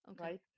Right